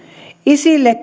isille